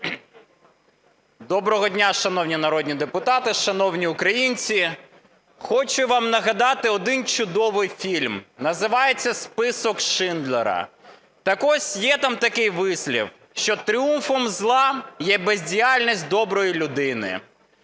Доброго дня, шановні народні депутати, шановні українці! Хочу вам нагадати один чудовий фільм, називається "Список Шиндлера". Так ось, є там такий вислів, що тріумфом зла є бездіяльність доброї людини.